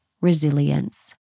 resilience